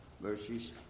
verses